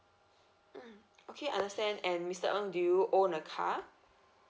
mm okay I understand and mister ng do you own a car